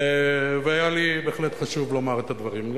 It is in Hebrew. והיה לי בהחלט חשוב לומר את הדברים.